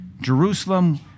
Jerusalem